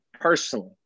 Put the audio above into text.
personally